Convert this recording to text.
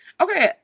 okay